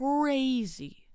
crazy